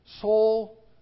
soul